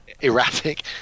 erratic